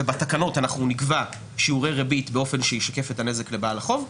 ובתקנות אנחנו נקבע שיעורי ריבית באופן שישקף את הנזק לבעל החוב.